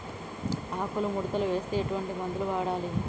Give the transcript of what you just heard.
ఆకులు ముడతలు వస్తే ఎటువంటి మందులు వాడాలి?